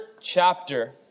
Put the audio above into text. chapter